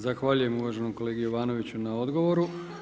Zahvaljujem uvaženom kolegi Jovanoviću na odgovoru.